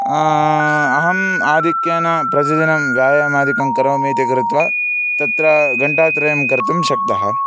अहम् आधिक्येन प्रतिदिनं व्यायामादिकं करोमीति कृत्वा तत्र घण्टात्रयं कर्तुं शक्तः